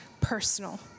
personal